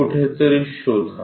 कुठेतरी शोधा